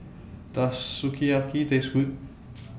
Does Sukiyaki Taste Good